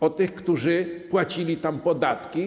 O tych, którzy płacili tam podatki.